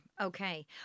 okay